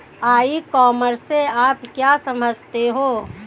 ई commerce से आप क्या समझते हो?